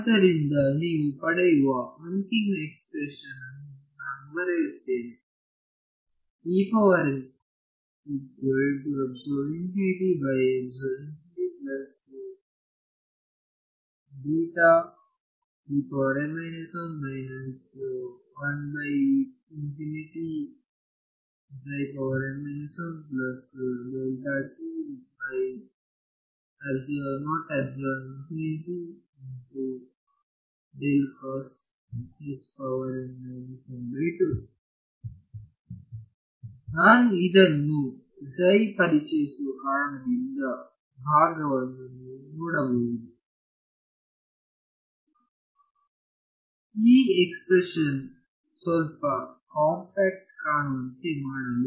ಆದ್ದರಿಂದ ನೀವು ಪಡೆಯುವ ಅಂತಿಮ ಎಕ್ಸ್ಪ್ರೆಶನ್ಯನ್ನು ನಾನು ಬರೆಯುತ್ತೇನೆ ನಾನು ಇದನ್ನು ಪರಿಚಯಿಸುವ ಕಾರಣದ ಭಾಗವನ್ನು ನೀವು ನೋಡಬಹುದು ಈ ಎಕ್ಸ್ಪ್ರೆಶನ್ ಸ್ವಲ್ಪ ಕೊಂಪಾಕ್ಟ್ ಕಾಣುವಂತೆ ಮಾಡಲು